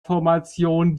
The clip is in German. formation